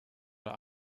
oder